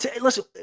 Listen